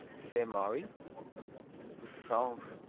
sainte-marie franche-comte,